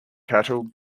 cattle